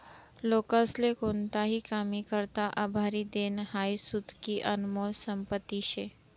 लोकेस्ले कोणताही कामी करता उभारी देनं हाई सुदीक आनमोल संपत्ती शे